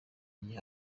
gihe